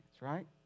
right